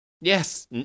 Yes